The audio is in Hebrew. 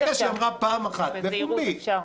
בזהירות אפשר.